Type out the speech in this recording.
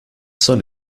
son